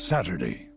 Saturday